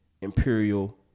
imperial